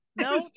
no